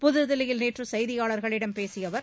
புதுதில்லியில் நேற்று செய்தியாளர்களிடம் பேசிய அவர்